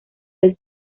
del